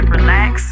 Relax